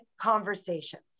conversations